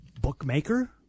bookmaker